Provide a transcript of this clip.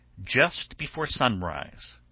just before sunrise,